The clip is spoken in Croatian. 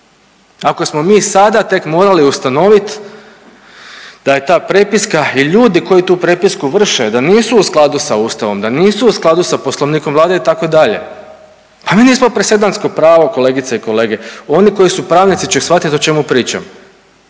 Ako smo mi sada tek morali ustanoviti da je ta prepiska i ljudi koji tu prepisku vrše, da nisu u skladu sa Ustavom, da nisu u skladu sa Poslovnikom Vlade itd. Pa mi nismo presedansko pravo kolegice i kolege. Oni koji su pravnici će shvatiti o čemu pričam.